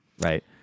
Right